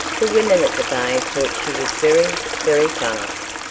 the women at the bay thought she was very, very fast.